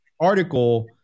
article